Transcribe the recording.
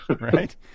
Right